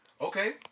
Okay